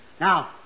Now